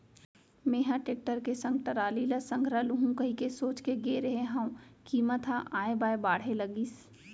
मेंहा टेक्टर के संग टराली ल संघरा लुहूं कहिके सोच के गे रेहे हंव कीमत ह ऑय बॉय बाढ़े लगिस